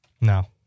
No